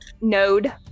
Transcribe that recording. node